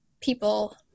people